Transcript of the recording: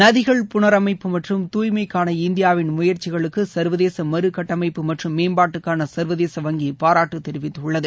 நதிகள் புனரமைப்பு மற்றும் தூய்மைக்கான இந்தியாவின் முயற்சிகளுக்கு சள்வதேச மறுகட்டமைப்பு மற்றும் மேம்பாட்டுக்கான சா்வதேச வங்கி பாராட்டு தெரிவித்துள்ளது